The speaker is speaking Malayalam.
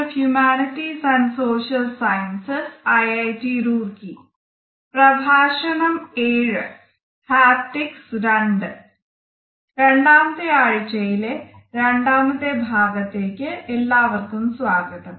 ഹാപ്റ്റിക്സ് II രണ്ടാമത്തെ ആഴ്ച്ചയിലെ രണ്ടാമത്തെ ഭാഗത്തിലേക്ക് എല്ലാവർക്കും സ്വാഗതം